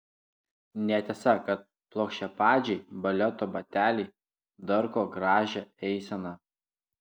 netiesa kad plokščiapadžiai baleto bateliai darko gražią eiseną